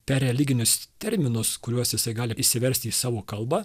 per religinius terminus kuriuos jisai gali išsiversti į savo kalbą